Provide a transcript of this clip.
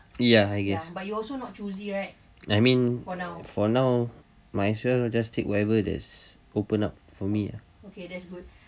ya I guess I mean for now might as well just take whatever that's open up for me lah